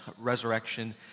resurrection